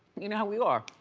you know how we are.